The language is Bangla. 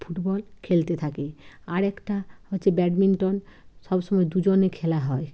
ফুটবল খেলতে থাকে আর একটা হচ্ছে ব্যাডমিন্টন সবসময় দুজনে খেলা হয়